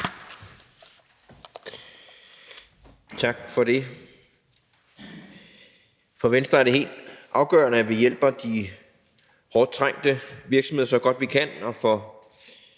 Tak for det. For Venstre er det helt afgørende, at vi hjælper de hårdt trængte virksomheder så godt, vi kan, for